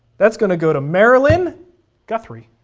that's going to go to marilyn guthrie.